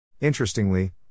Interestingly